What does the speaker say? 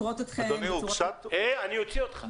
אדוני, הוגשה --- אני אוציא אותך.